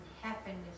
happiness